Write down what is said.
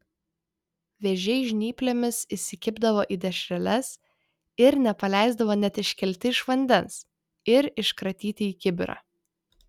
vėžiai žnyplėmis įsikibdavo į dešreles ir nepaleisdavo net iškelti iš vandens ir iškratyti į kibirą